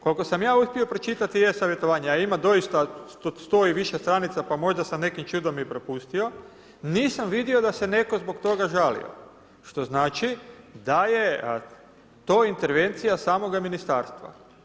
Koliko sam ja uspio pročitati e-savjetovanje, a ima doista 100 i više stranica, pa možda sam nekim čudom i propustio, nisam vidio da se netko zbog toga žalio, što znači da je to intervencija samoga ministarstva.